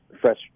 fresh